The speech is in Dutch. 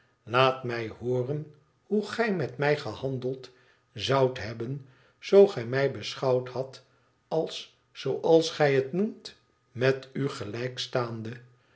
laat mij hooren hoe gij met mij gehandeld zoudt hebben zoo gij mij beschouwd hadt als zooals gij het noemt met u gelijk staande